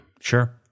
Sure